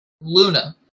Luna